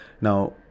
Now